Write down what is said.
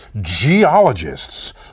geologists